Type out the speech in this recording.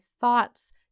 thoughts